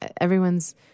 everyone's